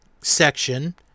section